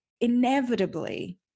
inevitably